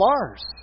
bars